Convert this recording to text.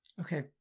Okay